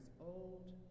old